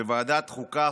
ועדת החוקה,